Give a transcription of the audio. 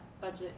budget